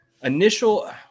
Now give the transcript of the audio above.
Initial